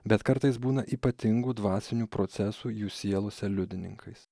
bet kartais būna ypatingų dvasinių procesų jų sielose liudininkais